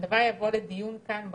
שהדבר לא יבוא לדיון כאן בכנסת.